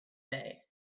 day